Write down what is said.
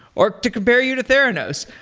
or to compare you to theranos,